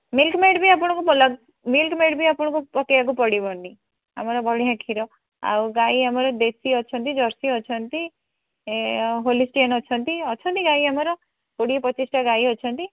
Milkmaid ବି ଆପଣଙ୍କୁ Milkmaid ବି ଆପଣଙ୍କୁ ପକାଇବାକୁ ପଡ଼ିବନି ଆମର ବଢ଼ିଆ କ୍ଷୀର ଆଉ ଗାଈ ଆମର ଦେଶୀ ଅଛନ୍ତି ଜର୍ସି ଅଛନ୍ତି ହୋଲିଷ୍ଟିନ୍ ଅଛନ୍ତି ଅଛନ୍ତି ଗାଈ ଆମର କୋଡ଼ିଏ ପଚିଶଟା ଗାଈ ଅଛନ୍ତି